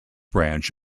branch